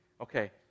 okay